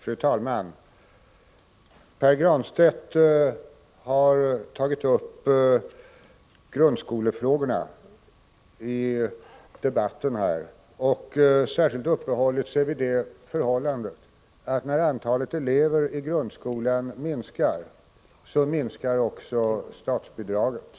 Fru talman! Pär Granstedt har tagit upp grundskolefrågorna i debatten och särskilt uppehållit sig vid det förhållandet att när antalet elever i grundskolan minskar, då minskar också statsbidraget.